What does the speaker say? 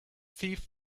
thief